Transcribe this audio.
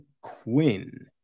Quinn